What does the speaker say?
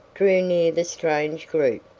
drew near the strange group.